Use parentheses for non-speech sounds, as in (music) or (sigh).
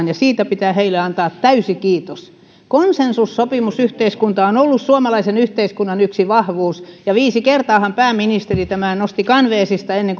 (unintelligible) ja siitä pitää heille antaa täysi kiitos konsensussopimusyhteiskunta on ollut suomalaisen yhteiskunnan yksi vahvuus ja viisi kertaahan pääministeri tämän nosti kanveesista ennen (unintelligible)